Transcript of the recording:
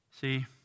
See